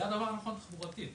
זה הדבר הנכון תחבורתית.